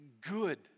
good